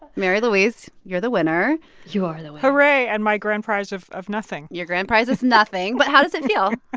mary louise, you're the winner you are the winner hooray and my grand prize of of nothing your grand prize is nothing. but how does it feel? ah